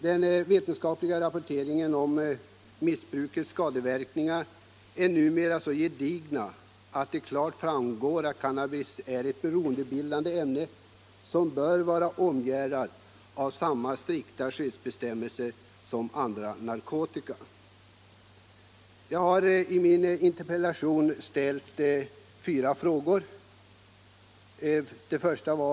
Den vetenskapliga rapporteringen om missbrukets skadeverkningar är numera så gedigen att det klart framgår att cannabis är ett beroendebildande ämne som bör vara omgärdat av samma strikta skyddsbestämmelser som andra narkotika. Jag har i min interpellation ställt fyra frågor: 1.